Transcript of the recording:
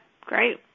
great